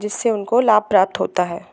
जिससे उनको लाभ प्राप्त होता है